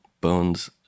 bones